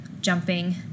jumping